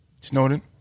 Snowden